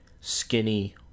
skinny